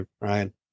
Ryan